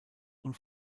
und